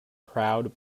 proud